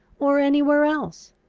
or any where else?